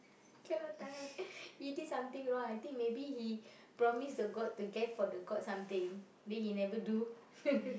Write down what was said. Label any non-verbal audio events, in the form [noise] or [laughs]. cannot tahan [breath] he did something wrong I think maybe he promise the god to gave for the god something then he never do [laughs]